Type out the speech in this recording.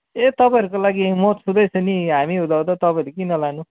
ए तपाईँहरूको लागि म छँदैछु नि हामी हुँदाहुँदै तपाईँले किन लानु